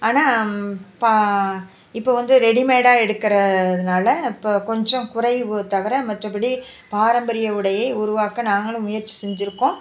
ஆனால் பா இப்போ வந்து ரெடிமேடாக எடுக்கிறதுனால இப்போ கொஞ்சம் குறைவு தவிர மற்றபடி பாரம்பரிய உடையை உருவாக்க நாங்களும் முயற்சி செஞ்சிருக்கோம்